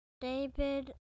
David